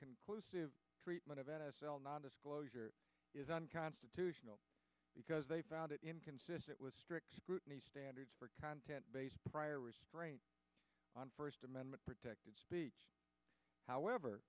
conclusive treatment of n f l nondisclosure is unconstitutional because they found it inconsistent with strict scrutiny standards for content prior restraint on first amendment protected speech however